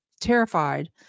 terrified